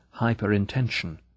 hyperintention